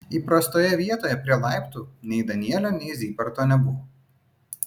įprastoje vietoje prie laiptų nei danielio nei zybarto nebuvo